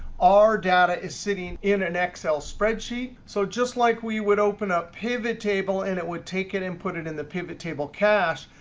our data is sitting in an excel spreadsheet. so just like we would open up pivot table, and it would take it and put it in the pivot table cache,